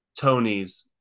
Tonys